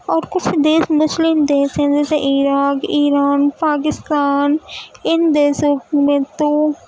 اور کچھ دیس مسلم دیس ہیں جیسے عراق ایران پاکستان ان دیسوں میں تو